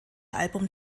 album